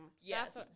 Yes